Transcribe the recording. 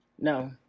No